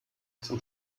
zum